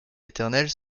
éternels